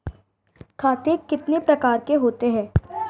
खाते कितने प्रकार के होते हैं?